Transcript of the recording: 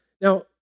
Now